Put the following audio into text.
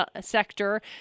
sector